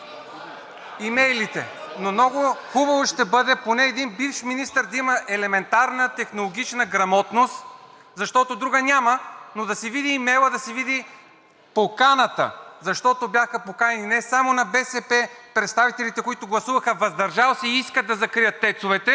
имейлите. Много хубаво ще бъде един бивш министър да има поне елементарна технологична грамотност, защото друга няма, но да си види имейла, да си види поканата, защото бяха поканени не само представителите на БСП, които гласуваха въздържал се и искаха да закрият ТЕЦ-овете,